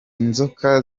nzoka